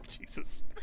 Jesus